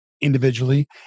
individually